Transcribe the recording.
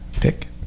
pick